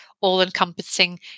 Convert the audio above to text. all-encompassing